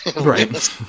right